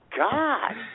God